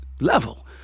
level